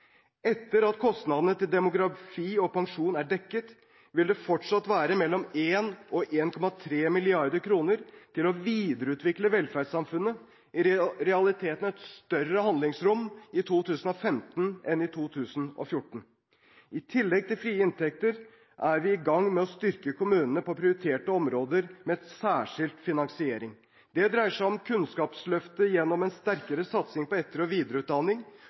demografi og pensjon er dekket, vil det fortsatt være mellom 1 mrd. kr og 1,3 mrd. kr til å videreutvikle velferdssamfunnet, i realiteten et større handlingsrom i 2015 enn i 2014. I tillegg til frie inntekter er vi i gang med å styrke kommunene på prioriterte områder, med en særskilt finansiering. Det dreier seg om et kunnskapsløft gjennom en sterkere satsing på etter- og videreutdanning